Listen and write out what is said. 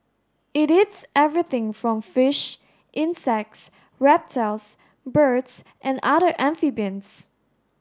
it eats everything from fish insects reptiles birds and other amphibians